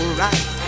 right